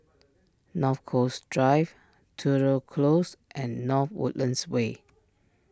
North Coast Drive Tudor Close and North Woodlands Way